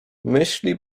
myśli